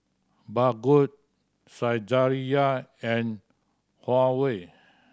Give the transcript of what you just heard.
Baggu Saizeriya and Huawei